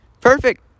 perfect